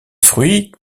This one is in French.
fruits